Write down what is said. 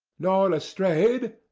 nor lestrade?